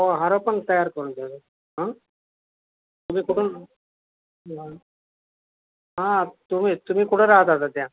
हो हारंपण तयार करून देऊ हा तुम्ही कुठून हा तुम्ही तुम्ही कुठं राहता आता त्या